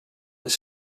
its